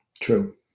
True